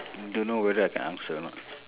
don't know whether I can answer or not